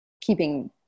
keeping